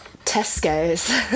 Tesco's